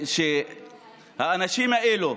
שבאמת האנשים האלו